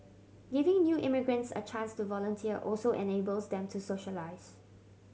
giving new immigrants a chance to volunteer also enables them to socialise